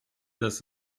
das